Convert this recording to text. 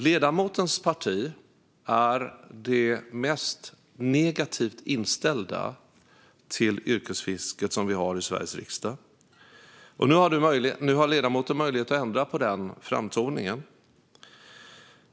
Ledamotens parti är det parti i Sveriges riksdag som är mest negativt inställt till yrkesfisket. Nu har ledamoten möjlighet att ändra på den framtoningen.